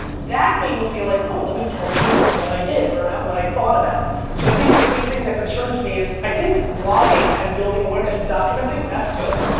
that made me feel like, oh let me tell you what i did or but what i thought about. so i think the big thing that concerns me is i think vlogging and building awareness and documenting, that's good.